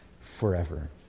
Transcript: forever